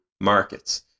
markets